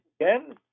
again